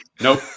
Nope